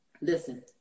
listen